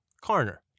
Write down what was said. Corner